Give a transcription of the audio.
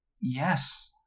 Yes